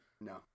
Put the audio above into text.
No